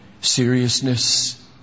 seriousness